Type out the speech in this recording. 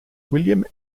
william